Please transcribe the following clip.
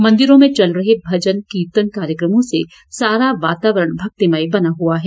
मंदिरों में चल रहे भजन कीर्तन कार्यक्रमों से सारा वातावरण भक्तिमय बना हुआ है